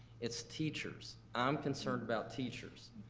it's teachers. i'm concerned about teachers.